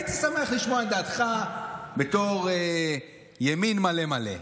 הייתי שמח לשמוע את דעתך בתור ימין מלא מלא.